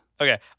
Okay